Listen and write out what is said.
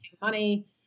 money